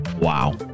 Wow